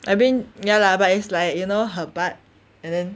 I mean ya lah but it's like you know her butt and then